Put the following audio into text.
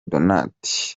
donat